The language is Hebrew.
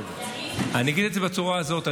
אני אגיד את זה בצורה הזאת.